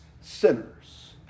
sinners